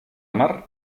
hamar